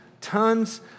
tons